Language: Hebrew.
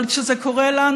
אבל כשזה קורה לנו,